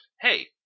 Hey